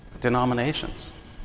denominations